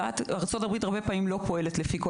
ארצות הברית הרבה פעמים לא פועלת לפי כל